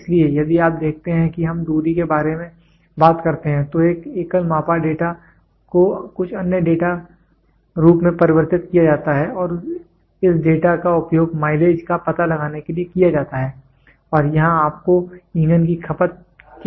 इसलिए यदि आप देखते हैं कि हम दूरी के बारे में बात करते हैं तो एक एकल मापा डेटा को कुछ अन्य डेटा रूप में परिवर्तित किया जाता है और इस डेटा का उपयोग माइलेज का पता लगाने के लिए किया जाता है और यहां आपको ईंधन की खपत के इनपुट की भी आवश्यकता होती है